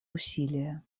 усилия